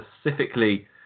specifically